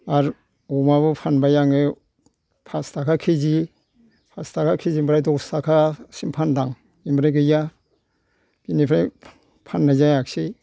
आर अमाबो फानबाय आंङो फास थाखा कि जि फास थाखा कि जि निफ्राय दस थाखासिम फानदां आमफ्राय गैया बिनिफ्राय फाननाय जायासै